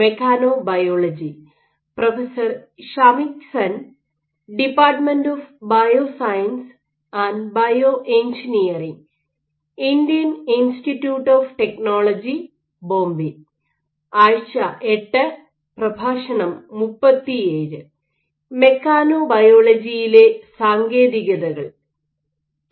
മെക്കാനോബയോളജിയിലെ സാങ്കേതികതകൾ എ